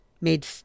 made